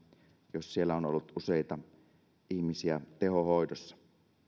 jos siellä on ollut useita ihmisiä tehohoidossa